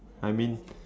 I mean